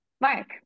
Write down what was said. Mark